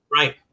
Right